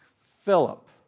Philip